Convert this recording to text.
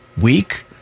weak